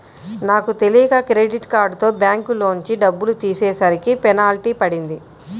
నాకు తెలియక క్రెడిట్ కార్డుతో బ్యాంకులోంచి డబ్బులు తీసేసరికి పెనాల్టీ పడింది